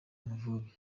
amavubi